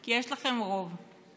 כי יש לכם רוב,